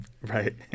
right